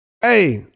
Hey